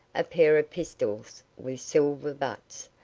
a pair of pistols with silver butts,